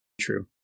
True